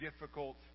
difficult